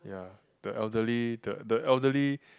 ya the elderly the the elderly